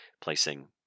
placing